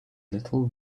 little